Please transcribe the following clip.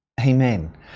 Amen